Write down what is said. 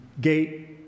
gate